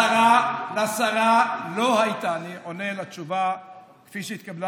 לשרה לא הייתה אני עונה תשובה כפי שהתקבלה